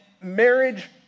marriage